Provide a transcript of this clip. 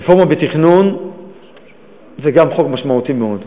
רפורמה בתכנון זה גם חוק משמעותי מאוד.